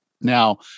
Now